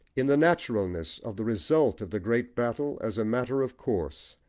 in the naturalness of the result of the great battle as a matter of course,